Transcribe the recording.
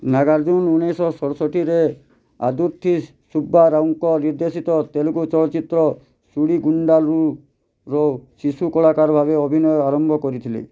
ନାଗାର୍ଜୁନ ଉଣେଇଶି ଶହ ଶତଷୋଠିରେ ଆଦୁର୍ଥୀ ସୁବ୍ବା ରାଓଙ୍କ ନିର୍ଦ୍ଦେଶିତ ତେଲୁଗୁ ଚଳଚ୍ଚିତ୍ର ସୁଡ଼ିଗୁଣ୍ଡାଲୁରୁ ଶିଶୁ କଳାକାର ଭାବେ ଅଭିନୟ ଆରମ୍ଭ କରିଥିଲେ